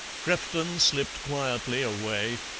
crefton slipped quietly away,